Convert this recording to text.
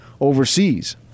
overseas